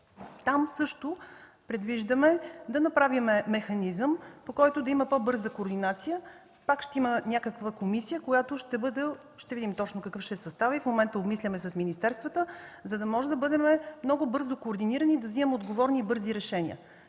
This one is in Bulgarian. Там също предвиждаме да направим механизъм, по който да има по-бърза координация. Пак ще има някаква комисия – ще видим точно какъв ще е съставът, в момента обмисляме с министерствата, за да можем да бъдем много бързо координирани, да вземаме отговорни и бързи решения.